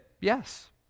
yes